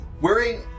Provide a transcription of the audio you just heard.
wearing